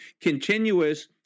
continuous